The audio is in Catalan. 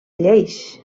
lleis